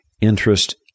interest